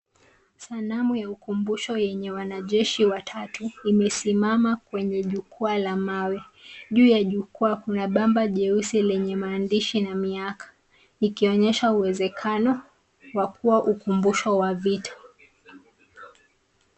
Sanamu ya ukumbusho yenye wanajeshi watatu, imesimama kwenye jukwaa la mawe. Juu ya jukwaa kuna pamba jeusi lenye maandishi na miaka. Ikionyesha uwezekano wa kuwa ukumbusho wa vitu.